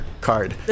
card